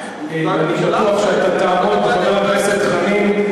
שבעיקרו בא מארצות אירופה,